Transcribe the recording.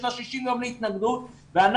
יש לה 60 יום להתנגדות ואנחנו,